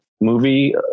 movie